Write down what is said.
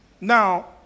Now